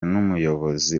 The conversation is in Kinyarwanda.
n’umuyobozi